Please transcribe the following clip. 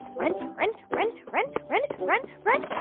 run, run, run, run, run, run, run.